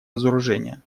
разоружения